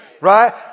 Right